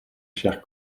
cher